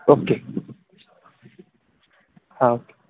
okay हां